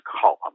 column